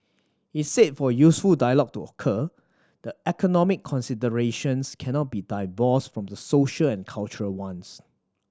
he said for useful dialogue to occur the economic considerations cannot be divorced from the social and cultural ones